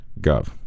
gov